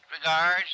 regards